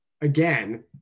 again